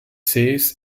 sees